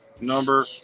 number